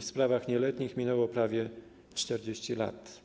w sprawach nieletnich minęło prawie 40 lat.